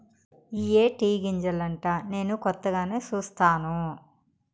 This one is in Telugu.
ఇయ్యే టీ గింజలంటా నేను కొత్తగానే సుస్తాను